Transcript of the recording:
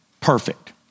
perfect